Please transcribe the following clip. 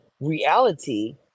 reality